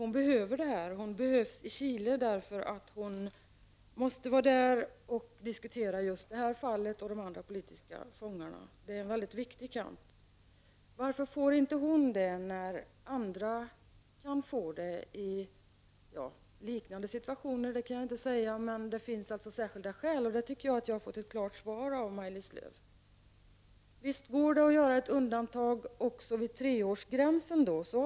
Hon behöver ett sådant och hon behövs i Chile för att där diskutera detta fall och övriga politiska fångar. Detta är en mycket viktig kamp. Varför får inte Orlinda svenskt medborgarskap när andra med särskilda skäl har fått svenskt medborgarskap? Jag tycker att jag har fått ett klart svar av Maj-Lis Lööw om att det här föreligger särskilda skäl.